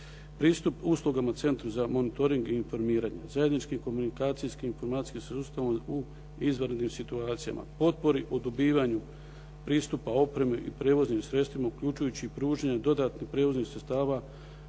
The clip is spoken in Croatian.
Pristup uslugama Centru za monitoring i informiranje, zajedničkim komunikacijskim i informacijskim sustavom u izvanrednim situacijama, potpori u dobivanju pristupa opremi i prijevoznim sredstvima uključujući i pružanje dodatnih prijevoznih sredstava